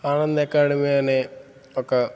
Anand academy అనే ఒక